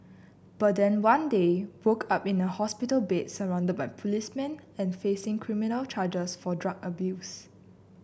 but then one day woke up in a hospital bed surrounded by policemen and facing criminal charges for drug abuse